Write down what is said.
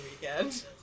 weekend